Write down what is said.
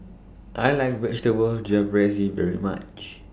I like Vegetable Jalfrezi very much